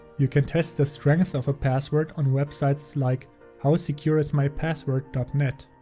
you can test the strength of a password on websites like howsecureismypassword net.